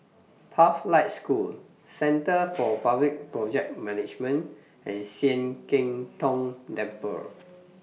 Pathlight School Centre For Public Project Management and Sian Keng Tong Temple